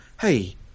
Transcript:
hey